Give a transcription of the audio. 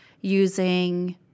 using